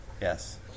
Yes